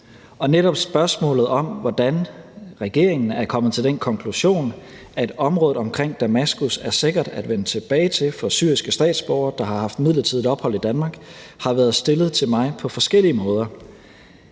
og netop spørgsmålet om, hvordan regeringen er kommet til den konklusion, at området omkring Damaskus er sikkert at vende tilbage til for syriske statsborgere, der har haft midlertidigt ophold i Danmark, har været stillet til mig på forskellige måder,